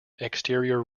exterior